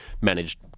managed